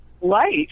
life